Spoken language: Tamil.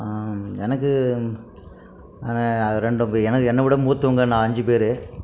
எனக்கு அது ரெண்டு எனக்கு என்ன விட மூத்தவங்க நான் அஞ்சு பேர்